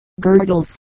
girdles